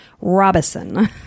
robinson